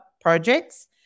projects